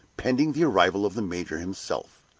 pending the arrival of the major himself.